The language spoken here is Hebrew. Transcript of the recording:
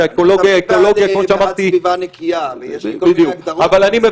שהאקולוגיה כמו שאמרתי --- אני גם בעד סביבה נקייה,